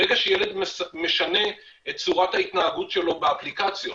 ברגע שילד משנה את צורת ההתנהגות שלו באפליקציות,